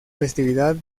festividad